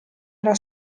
era